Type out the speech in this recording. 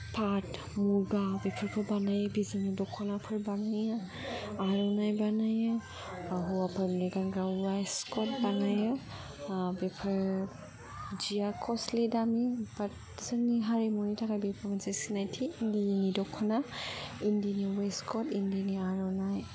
फात मुगा बेफोरखौ बानायो बे जोंनि दख'नाफोर बानायो आर'नाय बानायो ओ हौवफोरनि गानग्रा वेस्त कत बानायो बेफोर जिआ कस्तलि दामि बात जोंनि हारिमुनि थाखाय बेफोरबो मोनसे सिनायथि इन्दिनि दखना इन्दिनि वेस्त कत इन्दिनि आर'नाइ